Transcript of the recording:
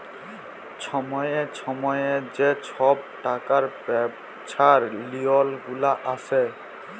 ছময়ে ছময়ে যে ছব টাকা ব্যবছার লিওল গুলা আসে